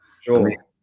Sure